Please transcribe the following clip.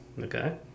okay